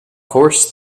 course